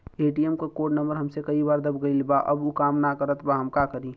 ATM क code number हमसे कई बार दब गईल बा अब उ काम ना करत बा हम का करी?